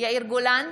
יאיר גולן,